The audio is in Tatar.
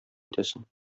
итәсең